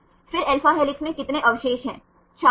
तो लगभग हमें मेम्ब्रेन के अंदर 25 से 26 अवशेष मिलते हैं